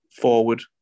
forward